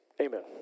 amen